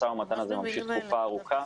המשא-ומתן הזה ממשיך תקופה ארוכה.